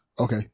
Okay